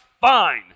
fine